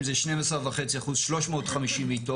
אם זה 12.5% - 350 מיטות.